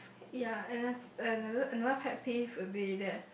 ya and then another another pet peeve would be there